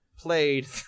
played